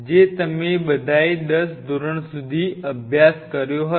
જે તમે બધાએ દસ ધોરણ સુધી અભ્યાસ કર્યો હશે